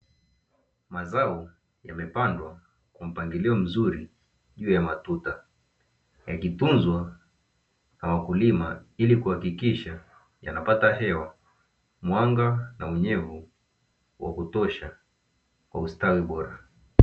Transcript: Mazao yamepandwa kwa mpangilio mzuri juu ya matuta, yakitunzwa na wakulima ili kuhakikisha yanapata hewa, mwanga na unyevu wa kutosha kwa ustawi bora.